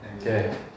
Okay